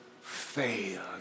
fail